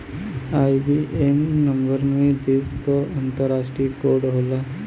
IBAN number में देश क अंतरराष्ट्रीय कोड होला